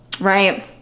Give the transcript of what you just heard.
Right